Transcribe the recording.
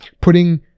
putting